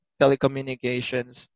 telecommunications